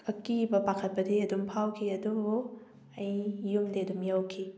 ꯑꯀꯤꯕ ꯄꯥꯈꯠꯄꯗꯤ ꯑꯗꯨꯝ ꯐꯥꯎꯈꯤ ꯑꯗꯨꯕꯨ ꯑꯩ ꯌꯨꯝꯗꯤ ꯑꯗꯨꯝ ꯌꯧꯈꯤ